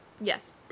Yes